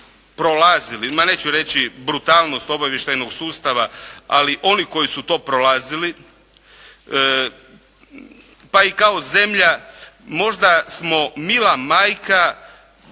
prolazili, ma neću reći brutalnost obavještajnog sustava, ali oni koji su to prolazili pa i kao zemlja možda smo mila majka